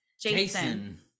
Jason